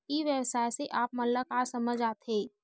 ई व्यवसाय से आप ल का समझ आथे?